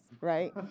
right